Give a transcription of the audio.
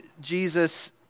Jesus